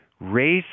Race